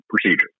procedure